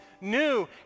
new